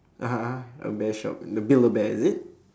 (uh huh) a bear shop the build a bear is it